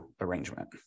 arrangement